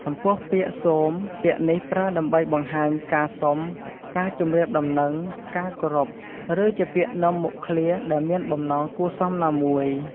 ចំពោះពាក្យ សូម ពាក្យនេះប្រើដើម្បីបង្ហាញការសុំ ការជម្រាបដំណឹង ការគោរព ឬជាពាក្យនាំមុខឃ្លាដែលមានបំណងគួរសមណាមួយ។